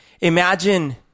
imagine